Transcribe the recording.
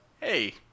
Hey